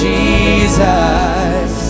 Jesus